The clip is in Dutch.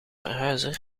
verhuizer